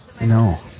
No